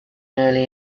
early